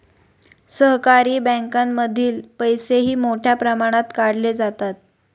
सहकारी बँकांमधील पैसेही मोठ्या प्रमाणात काढले जातात